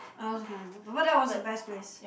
I also can't remember but that was the best place